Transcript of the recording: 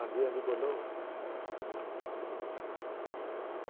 अंजी अंजी बोल्लो